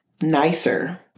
nicer